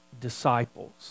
disciples